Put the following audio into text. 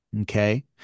Okay